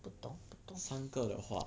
不懂不懂